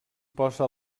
posa